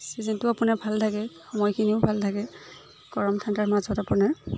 চিজিনটো আপোনাৰ ভাল থাকে সময়খিনিও ভাল থাকে গৰম ঠাণ্ডাৰ মাজত আপোনাৰ